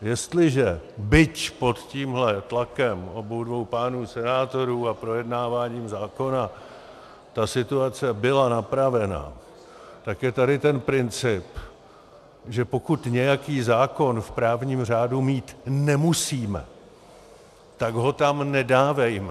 Jestliže, byť pod tímto tlakem obou dvou pánů senátorů a projednáváním zákona, situace byla napravena, tak je tady ten princip, že pokud nějaký zákon v právním řádu mít nemusíme, tak ho tam nedávejme.